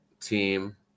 team